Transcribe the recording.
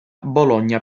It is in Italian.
bologna